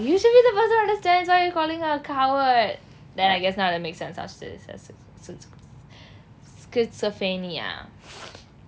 you should be the person understands why you calling her a coward then I guess now that make sense schizophrenia